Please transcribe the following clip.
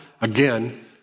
again